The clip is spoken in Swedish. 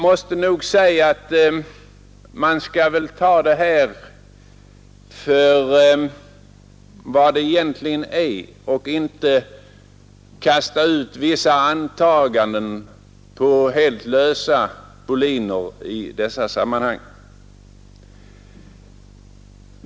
Man bör väl ta detta problem för vad det egentligen är och inte kasta ut antaganden som gjorts på ytterst lösa grunder.